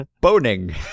boning